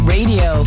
Radio